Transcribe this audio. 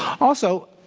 also,